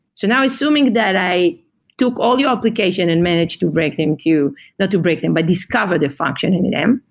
so now assuming that i took all your application and managed to break them to not to break them, but discover the function in them.